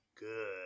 Good